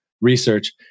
research